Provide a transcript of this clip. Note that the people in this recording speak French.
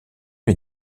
est